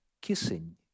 kissing